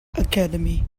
academy